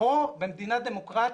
פה במדינה דמוקרטית,